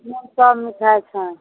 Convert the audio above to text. नइ सभ मिठाइ छनि